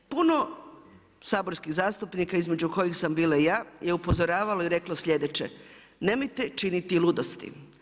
Puno saborskih zastupnika između kojih sam bila i ja, je upozoravalo i reklo sljedeće, nemojte činiti ludosti.